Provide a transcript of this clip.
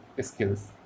skills